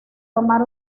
tomar